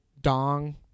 dong-